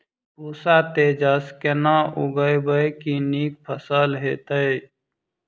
पूसा तेजस केना उगैबे की नीक फसल हेतइ?